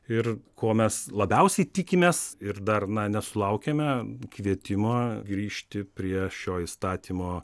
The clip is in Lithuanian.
ir ko mes labiausiai tikimės ir dar na nesulaukėme kvietimo grįžti prie šio įstatymo